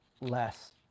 less